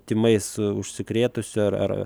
tymais užsikrėtusiu ar ar